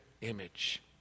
image